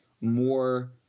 more